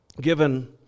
given